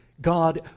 God